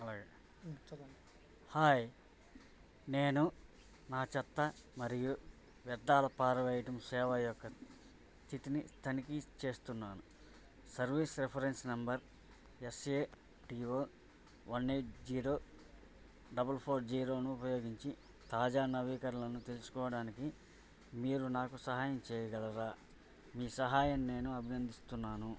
hi నేను నా చెత్త మరియు వ్యర్థాల పారవేయడం సేవ యొక్క స్థితిని తనిఖీ చేస్తున్నాను service reference number S A T O one eight zero double four జీరోను ఉపయోగించి తాజా నవీకరణలను తెలుసుకోవడానికి మీరు నాకు సహాయం చేయగలరా మీ సహాయాన్ని నేను అభినందిస్తున్నాను